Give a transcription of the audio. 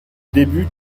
début